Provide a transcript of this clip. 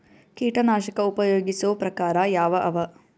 ಕೀಟನಾಶಕ ಉಪಯೋಗಿಸೊ ಪ್ರಕಾರ ಯಾವ ಅವ?